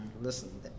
listen